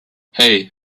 hey